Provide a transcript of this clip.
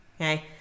Okay